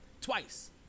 Twice